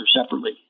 separately